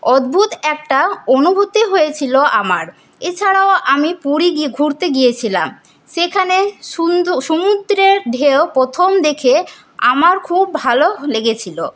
অদ্ভুত একটা অনভূতি হয়েছিল আমার এছাড়াও আমি পুরী ঘুরতে গিয়েছিলাম সেখানে সমুদ্রের ঢেউ প্রথম দেখে আমার খুব ভালো লেগেছিল